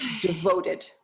devoted